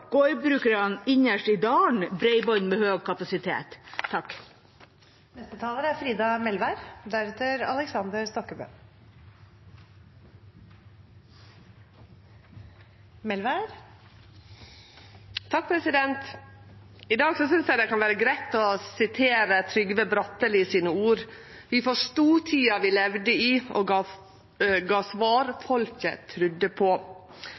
gårdbrukerne innerst i dalen bredbånd med høy kapasitet? I dag synest eg det kan vere greitt å referere til Trygve Bratteli sine ord: Vi forstod tida vi levde i, og gav svar folket trudde på.